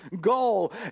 goal